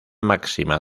máxima